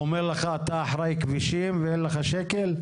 הוא אומר לך אתה אחראי כבישים ואין לך שקל?